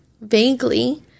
vaguely